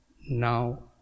now